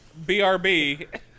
BRB